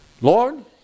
Lord